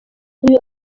uyu